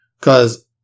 Cause